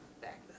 back